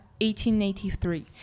1883